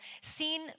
seen